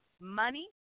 money